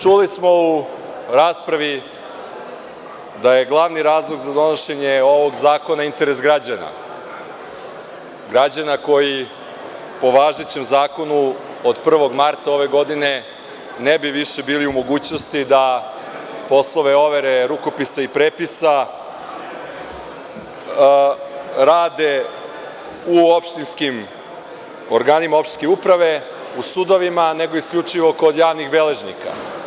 Čuli smo u raspravi da je glavni razlog za donošenje ovog zakona je interes građana, građana koji po važećem zakonu od 1. marta ove godine ne bi više bili u mogućnosti da poslove overe rukopisa i prepisa rade u opštinskim, organima uprave, u sudovima nego isključivo kod javnih beležnika.